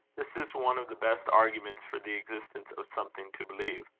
this is one of the best arguments for the existence of something to believe.